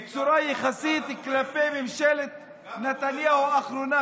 בצורה יחסית כלפי ממשלת נתניהו האחרונה,